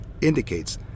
indicates